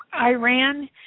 Iran